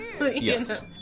Yes